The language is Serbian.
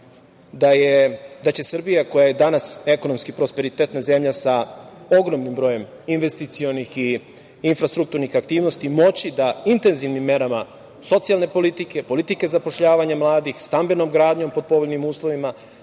da će Srbija koja je danas ekonomski prosperitetna zemlja sa ogromnim brojem investicionih i infrastrukturnih aktivnosti moći da intenzivnim merama socijalne politike, politike zapošljavanja mladih, stambenom gradnjom pod povoljnim uslovima,